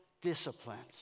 disciplines